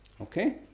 Okay